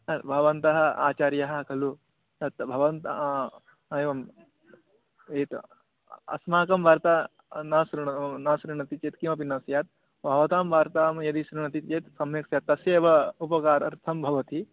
हा भवन्तः आचार्याः खलु तत् भवन्तः हा एवम् एवम् अस्माकं वार्ता न शृणोति न शृणोति चेत् किमपि न स्यात् भवतां वार्तां यदि शृणोति चेत् सम्यक् स्यात् तस्येव उपकारार्थं भवति